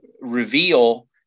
reveal